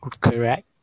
Correct